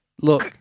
look